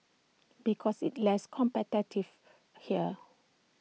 because it's less competitive here